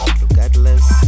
regardless